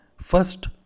first